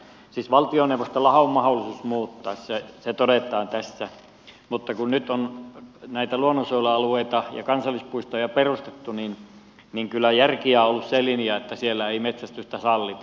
siis valtioneuvostollahan on mahdollisuus muuttaa se se todetaan tässä mutta kun nyt on näitä luonnonsuojelualueita ja kansallispuistoja perustettu niin kyllä järkiään on ollut se linja että siellä ei metsästystä sallita